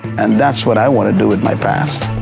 and that's what i want to do with my past.